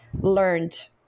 learned